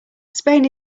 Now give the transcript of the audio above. spain